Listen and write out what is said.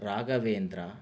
राघवेन्द्रः